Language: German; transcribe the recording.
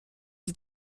die